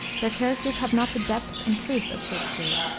their characters have not the depth and truth of shakspere's,